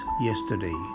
yesterday